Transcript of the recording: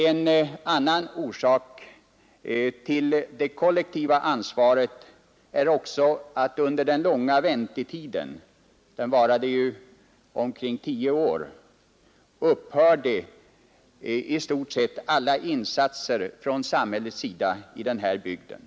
En annan orsak till det kollektiva ansvaret är också att under den långa tid, ungefär tio år, som man gick och väntade på ett besked om älven skulle byggas ut eller inte, upphörde alla insatser från samhällets sida i den här bygden.